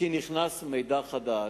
כי נכנס מידע חדש.